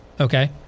okay